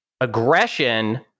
Aggression